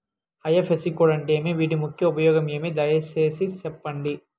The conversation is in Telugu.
ఐ.ఎఫ్.ఎస్.సి కోడ్ అంటే ఏమి? వీటి ముఖ్య ఉపయోగం ఏమి? దయసేసి సెప్పండి?